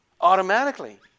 automatically